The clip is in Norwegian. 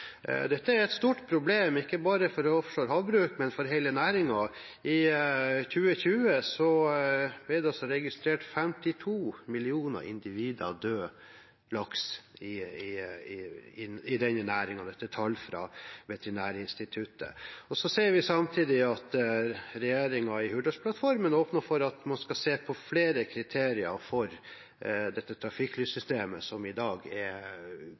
Dette er et stort problem for ikke bare offshore havbruk, men for hele næringen. I 2020 ble det registrert 52 millioner døde laks i denne næringen. Dette er tall fra Veterinærinstituttet. Vi leser samtidig i Hurdalsplattformen at regjeringen åpner for at man skal se på flere kriterier for trafikklyssystemet, som i dag